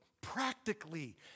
practically